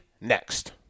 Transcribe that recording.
next